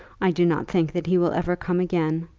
i do not think that he will ever come again.